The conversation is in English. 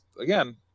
again